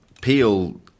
Peel